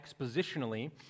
expositionally